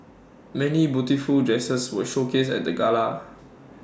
many beautiful dresses were showcased at the gala